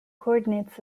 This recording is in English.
coordinates